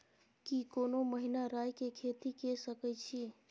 की कोनो महिना राई के खेती के सकैछी?